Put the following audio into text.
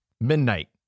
Midnight